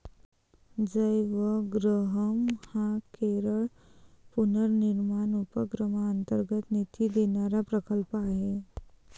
जयवग्रहम हा केरळ पुनर्निर्माण उपक्रमांतर्गत निधी देणारा प्रकल्प आहे